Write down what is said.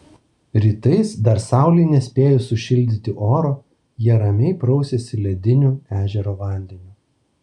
rytais dar saulei nespėjus sušildyti oro jie ramiai prausiasi lediniu ežero vandeniu